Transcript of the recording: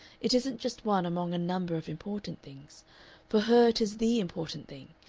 it isn't just one among a number of important things for her it is the important thing,